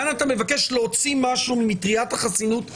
כאן אתה מבקש להוציא משהו ממטריית החסינות הקיימת.